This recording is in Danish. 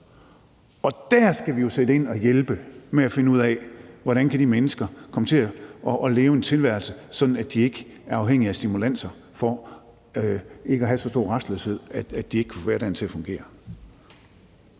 Og dér skal vi sætte ind og hjælpe med at finde ud af, hvordan de mennesker kan komme til at få en tilværelse, hvor de ikke er afhængige af stimulanser for ikke at have så stor en rastløshed, at de ikke kan få hverdagen til at fungere.